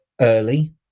early